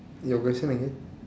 your question again